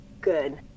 Good